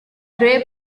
gary